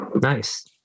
Nice